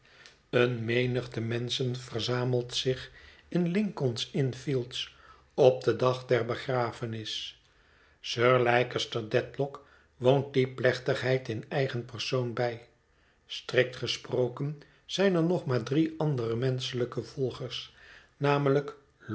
eene menigte menschen verzamelt zich in lincoln's inn fields op den dag der begrafenis sir leicester dedlock woont die plechtigheid in eigen persoon bij strikt gesproken zijn er nog maar drie andere menschelijke volgers namelijk